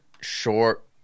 short